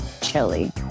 Chili